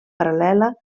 paral·lela